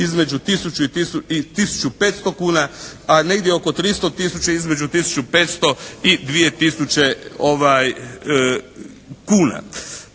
i 1500 kuna, a negdje oko 300 tisuća između 1500 i 2000 kuna.